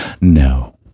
No